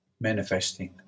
manifesting